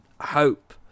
hope